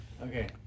okay